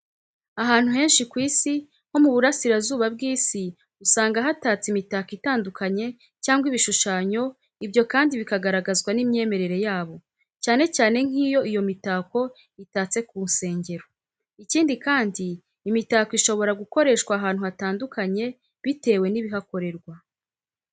Ahantu henshi ku Isi nko mu Burasirazuba bw'Isi usanga hatatse imitako itandukanye cyangwa ibishushanyo, ibyo kandi bikagaragazwa n'imyemerere yabo, cyane cyane nk'iyo iyo mitako itatse kunsengero. Ikindi kandi imitako ishobora gukoreshwa ahantu hatandukanye bitewe n'ibihakorerwa.